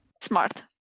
Smart